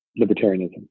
libertarianism